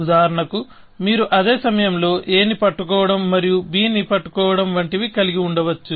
ఉదాహరణకు మీరు అదే సమయంలో A ని పట్టుకోవడం మరియు B ని పట్టుకోవడం వంటివి కలిగి ఉండవచ్చు